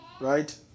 right